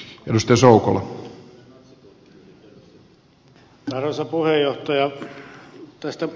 arvoisa puheenjohtaja